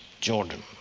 Jordan